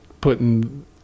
putting